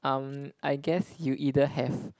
um I guess you either have